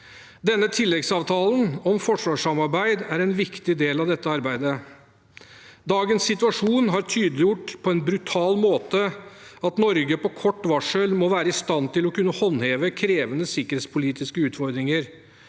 Denne tilleggsavtalen om forsvarssamarbeid er en viktig del av dette arbeidet. Dagens situasjon har tydeliggjort på en brutal måte at Norge på kort varsel må være i stand til å kunne håndheve krevende sikkerhetspolitiske utfordringer.